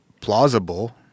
plausible